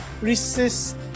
resist